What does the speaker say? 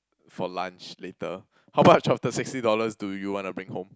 for lunch later how much of the sixty dollars do you want to bring home